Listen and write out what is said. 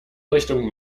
richtung